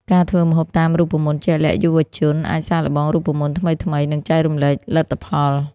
ការធ្វើម្ហូបតាមរូបមន្តជាក់លាក់យុវជនអាចសាកល្បងរូបមន្តថ្មីៗ និងចែករំលែកលទ្ធផល។